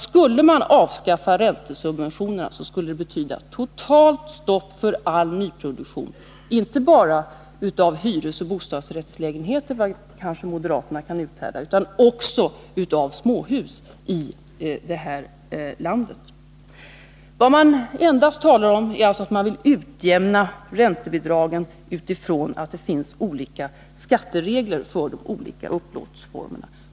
Skulle man avskaffa räntesubventionerna, skulle det betyda totalt stopp för nyproduktion, inte bara av hyresoch bostadsrättslägenheter — vilket moderaterna kanske kan uthärda — utan också av småhus i det här landet. Vad man talar om är endast att utjämna räntebidraget utifrån olika skatteregler för olika upplåtelseformer.